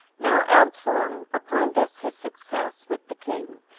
now absalom, upon this his success with the king,